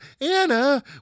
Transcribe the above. Anna